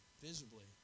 visibly